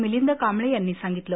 मिलिंद कांबळे यांनी सांगितलं